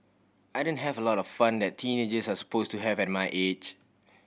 I didn't have a lot of fun that teenagers are suppose to have at my age